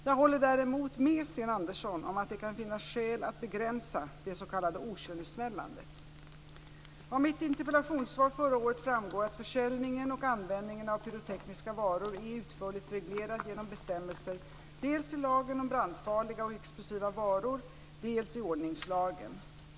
Jag håller däremot med Sten Andersson om att det kan finnas skäl att begränsa det s.k. Av mitt interpellationssvar förra året framgår att försäljningen och användningen av pyrotekniska varor är utförligt reglerad genom bestämmelser dels i lagen om brandfarliga och explosiva varor, dels i ordningslagen .